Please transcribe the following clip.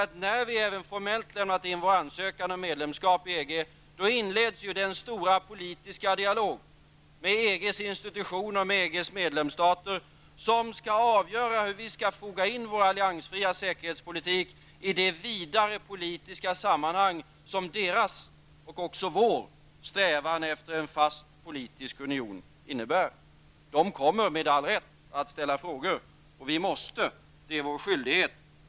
Ty när vi även formellt lämnar in vår ansökan om medlemskap i EG, inleds den stora politiska dialog med EGs institutioner och med EGs medlemsstater som skall avgöra hur vi skall foga in vår alliansfria säkerhetspolitik i det vidare politiska sammanhang som deras och också vår strävan efter en fast politisk union innebär. De kommer, med all rätt, att ställa frågor, och vi måste -- det är vår skyldighet!